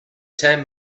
time